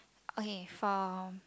okay for